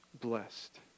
blessed